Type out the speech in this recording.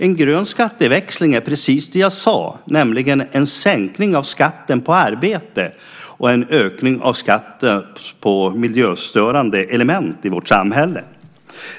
En grön skatteväxling är precis det jag sade, nämligen en sänkning av skatten på arbete och en ökning av skatten på miljöstörande element i vårt samhälle.